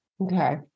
Okay